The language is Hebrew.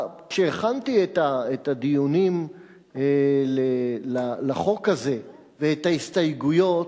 כשהכנתי את הדיונים לחוק הזה ואת ההסתייגויות,